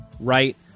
right